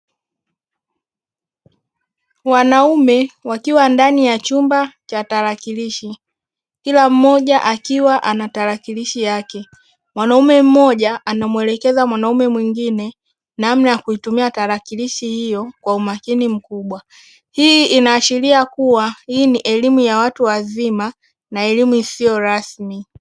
Wanaume wakiwa ndani ya chumba cha tarakilishi kila mmoja akiwa anatarakilishi yake mwanaume mmoja anamwelekeza mwanaume mwingine namna ya kuitumia tarakilishi hiyo kwa umakini mkubwa, hii inaashiria kuwa hii ni elimu ya watu wazima na elimu isiyo rasmi.